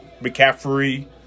McCaffrey